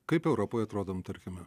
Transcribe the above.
kaip europoj atrodom tarkime